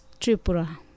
Tripura